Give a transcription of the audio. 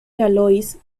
galois